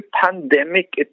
pandemic